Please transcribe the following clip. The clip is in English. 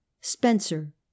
Spencer